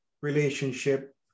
relationship